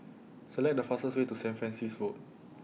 Select The fastest Way to Saint Francis Road